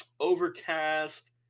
Overcast